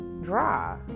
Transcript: dry